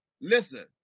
listen